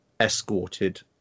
escorted